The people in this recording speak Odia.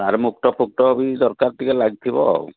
ତା'ର ମୁକୁଟ ଫୁକୁଟ ବି ଦରକାର ଟିକିଏ ଲାଗିଥିବ ଆଉ